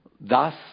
Thus